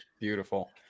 Beautiful